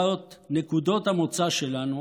נקודות המוצא שלנו